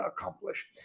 accomplish